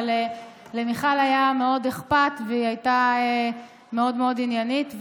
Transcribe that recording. אבל למיכל היה מאוד אכפת והיא הייתה מאוד מאוד עניינית.